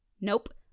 Nope